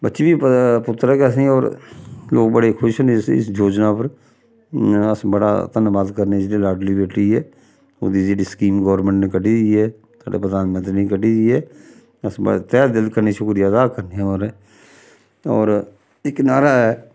बच्ची बी पुत्तर ऐ कि असें गी होर लोक बड़े खुश न इस इस योजना पर अस बड़ा धन्नबाद करनें जेह्ड़ी लाडली बेटी ऐ ओह्दी जेह्ड़ी स्कीम गौरमैंट ने कड्ढी दी ऐ साढ़े प्रधानमंत्री ने कड्ढी दी ऐ अस बड़ा तहे दिल कन्नै शुक्रिया अदा करने आं होर होर इक नाह्रा ऐ